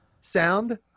sound